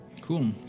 Cool